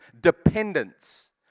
dependence